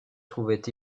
trouvait